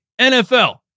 NFL